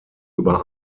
über